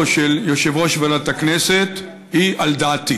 של יושב-ראש ועדת הכנסת היא על דעתי.